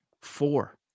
four